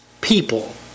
people